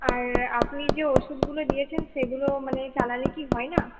আর আপনি যে ওষুধগুলো দিয়েছেন সেগুলো মানে চালালে কি হয় না